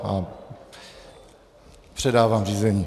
A předávám řízení.